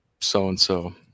so-and-so